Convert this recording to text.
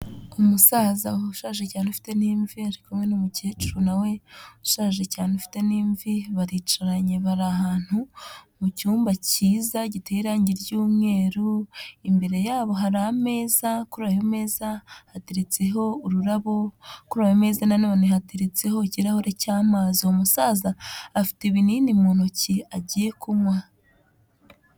Umusaza ushaje cyane ufite n'imvi ari kumwe n'umukecuru nawe ushaje cyane ufite n'imvi, baricaranye bari ahantu mu cyumba cyiza giteye irangi ry'umweru, imbere yabo hari ameza, kuri ayo meza hateretseho ururabo kuri ayo meza nanone hateretseho ikirahure cy'amazi, umusaza afite ibinini mu ntoki agiye kunywa.